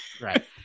Right